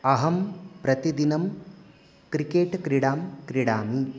अहं प्रतिदिनं क्रिकेट् क्रीडां क्रीडामि